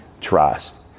trust